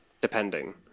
Depending